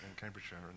Cambridgeshire